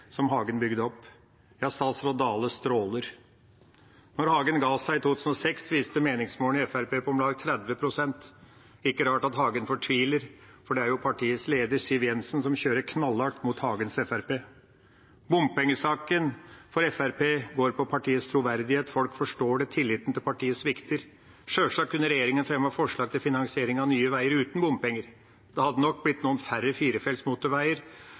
Hagen bygde opp. Ja, statsråd Dale stråler. Da Carl I. Hagen ga seg i 2006, viste meningsmålinger at Fremskrittspartiet lå på omtrent 30 pst. Ikke rart at Hagen fortviler, for det er jo partiets leder, Siv Jensen, som kjører knallhardt mot Hagens fremskrittsparti. Bompengesaken for Fremskrittspartiet går på partiets troverdighet. Folk forstår det. Tilliten til partiet svikter. Sjølsagt kunne regjeringa fremmet forslag til finansiering av nye veier uten bompenger. Da hadde det nok blitt noen færre firefelts motorveier,